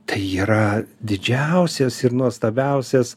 tai yra didžiausias ir nuostabiausias